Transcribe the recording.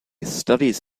studies